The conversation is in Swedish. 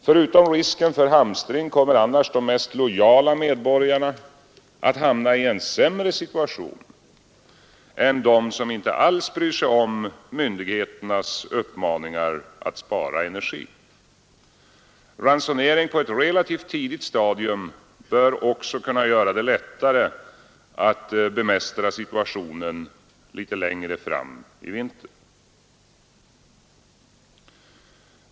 Förutom risken för hamstring kommer annars de mest lojala medborgarna att hamna i en sämre situation än dem som inte alls bryr sig om myndigheternas uppmaningar att spara energi. Ransonering på ett relativt tidigt stadium bör också kunna göra det lättare att bemästra situationen litet längre fram i vinter.